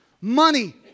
money